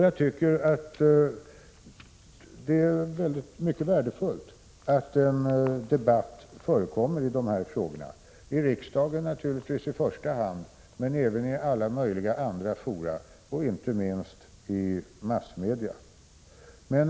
Jag tycker att det är mycket värdefullt att en debatt förekommer i de här frågorna, i första hand naturligtvis i riksdagen men även i alla möjliga andra fora, och inte minst i massmedia.